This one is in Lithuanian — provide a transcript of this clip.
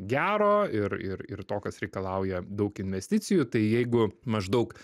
gero ir ir ir to kas reikalauja daug investicijų tai jeigu maždaug